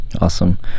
Awesome